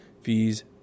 fees